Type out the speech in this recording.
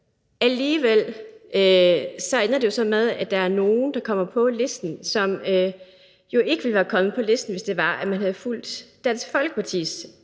alligevel ender det så med, at der er nogle, der kommer på listen, som jo ikke ville være kommet på listen, hvis det var, at man havde fulgt Dansk Folkepartis